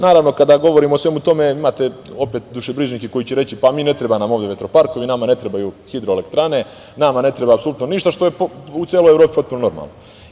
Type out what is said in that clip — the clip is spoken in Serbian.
Naravno, kada govorim o svemu tome imate opet dušebrižnike koji će reći da nam ne trebaju ovi vetroparkovi, nama ne trebaju hidroelektrane, nama ne treba apsolutno ništa što je u celoj Evropi potpuno normalno.